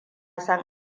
san